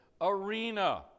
arena